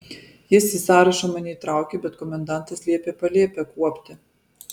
jis į sąrašą mane įtraukė bet komendantas liepė palėpę kuopti